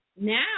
now